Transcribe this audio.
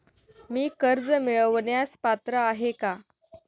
मी कर्ज मिळवण्यास पात्र आहे का?